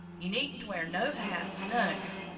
you needn't wear no hats, none of yer,